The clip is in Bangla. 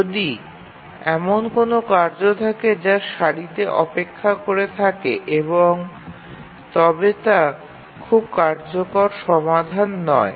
যদি এমন কোনও কার্য থাকে যা সারিতে অপেক্ষা করে থাকে তবে তা খুব কার্যকর সমাধান নয়